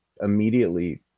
immediately